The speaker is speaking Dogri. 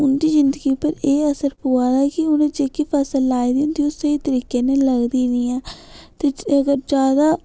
उं'दी जिन्दगी उप्पर एह् असर पोआ दा ऐ कि उनें जेह्की फसल लाई दी होंदी ओह् स्हेई तरीके कन्नै लगदी नि ऐ ते अगर ज्यादा